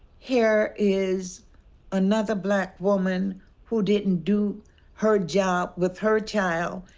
here is another black woman who didn't do her job with her child,